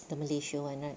the Malaysia [one] right